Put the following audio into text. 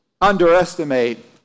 underestimate